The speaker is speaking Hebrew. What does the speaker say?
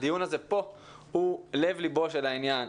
הדיון הזה פה הוא לב לבו של העניין.